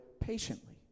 patiently